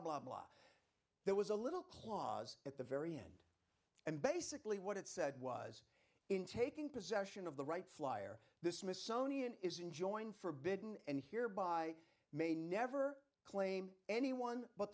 blah blah there was a little clause at the very end and basically what it said was in taking possession of the wright flyer this missoni an is enjoying forbidden and here by may never claim anyone but